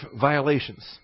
violations